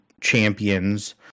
champions